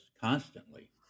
constantly